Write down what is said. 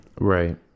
right